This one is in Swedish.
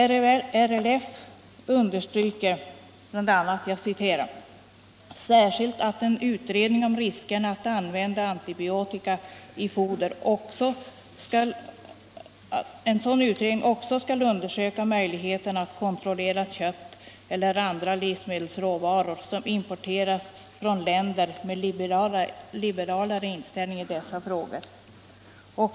RLF understryker bl.a. särskilt att en utredning som skall 91 arbeta med frågan om riskerna att använda antibiotika i foder också skall undersöka möjligheterna att kontrollera kött eller andra livsmedelsråvaror som importeras från länder med liberalare inställning i dessa frågor.